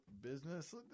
business